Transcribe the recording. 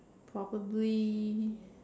probably